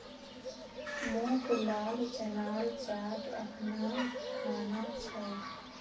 मोक लाल चनार चाट अखना खाना छ